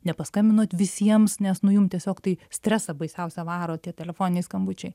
nepaskambinot visiems nes nu jum tiesiog tai stresą baisiausią varo tie telefoniniai skambučiai